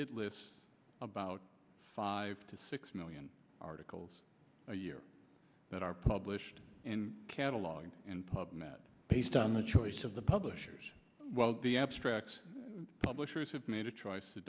it lists about five to six million articles a year that are published in a catalog in pub med based on the choice of the publishers well the abstracts publishers have made a choice to